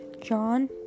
John